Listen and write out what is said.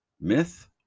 myth